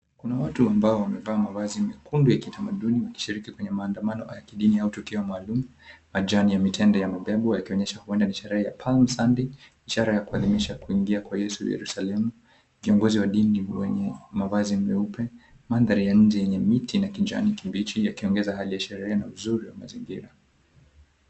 Kuna watu ambao wamevaa mavazi mekundu ya kitamaduni wakishiriki kwenye maandamano ya kidini au tukio maalum. Majani ya mitende yamebebwa yakionyesha huenda ni sherehe ya, Palm Sunday, ishara ya kuadimisha kuingia kwa yesu Yerusalemu. Kiongozi wa dini wenye mavazi meupe. Mandhari ya nje yenye miti na kijani kibichi yakiongeza hali ya sherehe na uzuri wa mazingira.